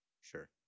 Sure